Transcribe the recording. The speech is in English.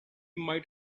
might